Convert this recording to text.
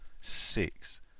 six